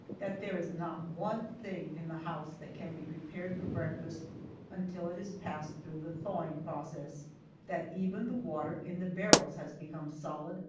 that there is not one thing in the house that can be prepared for breakfast until it has passed through the thawing process that even the water in the barrels has become solid,